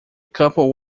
couple